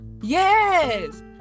Yes